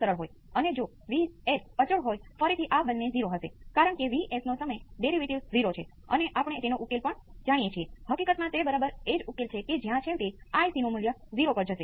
study state response એ alpha × V c 1 beta વખત V c 2 હશે